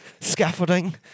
scaffolding